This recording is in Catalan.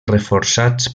reforçats